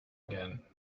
again